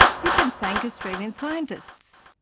you can thank australian scientists.